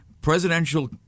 presidential